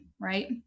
Right